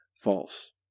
false